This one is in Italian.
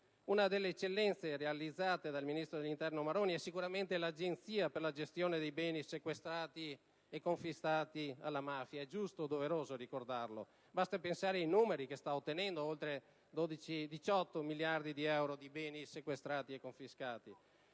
Una delle eccellenze realizzate dal ministro dell'interno Maroni è sicuramente l'Agenzia per la gestione dei beni sequestrati e confiscati alla mafia: è giusto e doveroso ricordarlo. Basti pensare ai numeri che sta ottenendo: oltre 18 miliardi di beni sequestrati e confiscati.